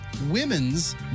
women's